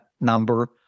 number